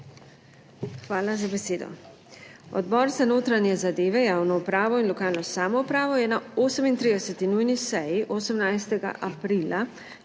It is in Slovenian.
Hvala za besedo. Odbor za notranje zadeve, javno upravo in lokalno samoupravo je na 38. nujni seji 18. aprila